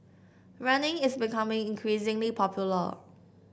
running is becoming increasingly popular